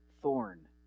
thorn